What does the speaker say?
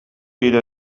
إلى